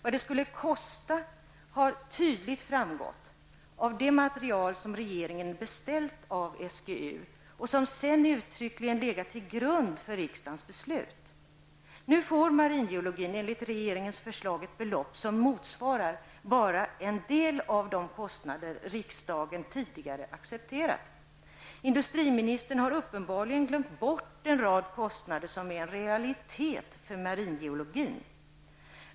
Vad det skulle kosta har tydligt framgått av det material som regeringen beställt av SGU och som sedan uttryckligen legat till grund för riksdagens beslut. Nu får maringeologin enligt regeringens förslag ett belopp som motsvarar bara en del av de kostnader riksdagen tidigare accepterat. Industriministern har uppenbarligen glömt bort en rad kostnader som är en realitet för maringeologin.